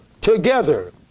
together